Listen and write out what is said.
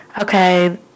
Okay